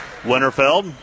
Winterfeld